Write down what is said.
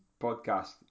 podcast